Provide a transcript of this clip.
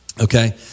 Okay